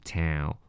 town